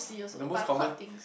the most common